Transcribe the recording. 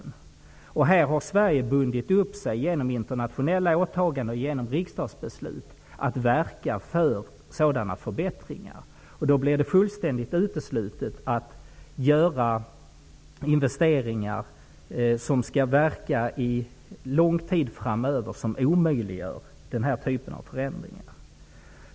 På den punkten har Sverige genom internationella åtaganden förbundit sig genom riksdagsbeslut att verka för sådana förbättringar. Då blir det fullständigt uteslutet att göra investeringar som skall verka över lång tid framöver och som omöjliggör den här typen av förändringar.